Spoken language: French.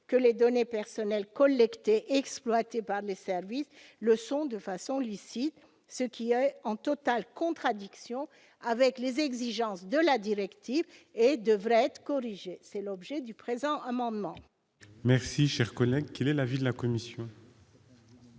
que les données personnelles collectées et exploitées par les services le sont de façon licite. Elle entre en totale contradiction avec les exigences de la directive et doit donc être corrigée. Tel est l'objet de cet amendement. Quel est l'avis de la commission ?